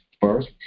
first